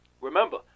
Remember